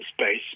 space